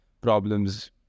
problems